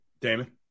Damon